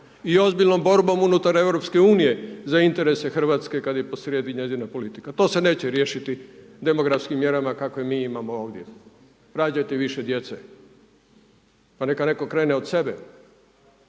i ozbiljnom borbom unutar EU za interese Hrvatske kada je po srijedi njezina politika. To se neće riješiti demografskim mjerama kakve mi imamo ovdje, rađajte više djece. Pa neka netko krene od sebe